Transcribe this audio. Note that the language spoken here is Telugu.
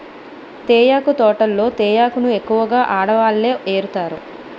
తేయాకు తోటల్లో తేయాకును ఎక్కువగా ఆడవాళ్ళే ఏరుతారు